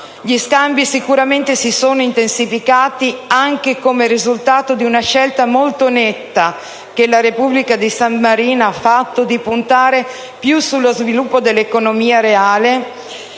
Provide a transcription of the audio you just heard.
Gli scambi sicuramente si sono intensificati anche come risultato della scelta molto netta da parte della Repubblica di San Marino di puntare sullo sviluppo dell'economia reale,